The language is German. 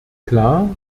klar